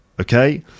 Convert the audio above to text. Okay